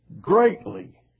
greatly